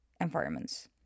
environments